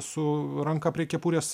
su ranka prie kepurės